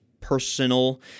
personal